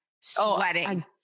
sweating